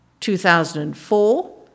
2004